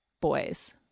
boys